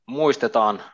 muistetaan